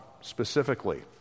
specifically